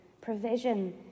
Provision